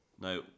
now